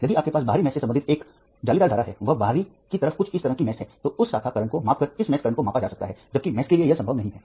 यदि आपके पास बाहरी जाल से संबंधित एक जालीदार धारा है वह बाहर की तरफ कुछ इस तरह की जाली है तो उस शाखा करंट को मापकर इस जाली करंट को मापा जा सकता है जबकि लाल के लिए यह संभव नहीं है